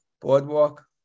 Boardwalk